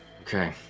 Okay